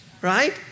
right